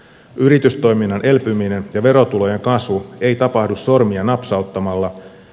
yritystoiminnan elpyminen ja verotulojen kasvu eivät tapahdu sormia napsauttamalla